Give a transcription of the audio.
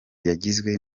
yagizwe